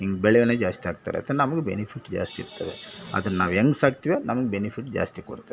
ಹಿಂಗೆ ಬೆಳವಣ್ಗೆ ಜಾಸ್ತಿ ಆಗ್ತಾ ಇರುತ್ತೆ ನಮ್ಗೆ ಬೆನಿಫಿಟ್ ಜಾಸ್ತಿ ಇರ್ತದೆ ಅದನ್ನು ನಾವು ಹೆಂಗ್ ಸಾಕ್ತಿವಿ ಅದು ನಮ್ಗೆ ಬೆನಿಫಿಟ್ ಜಾಸ್ತಿ ಕೊಡ್ತದೆ